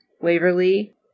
Waverly